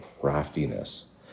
craftiness